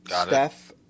Steph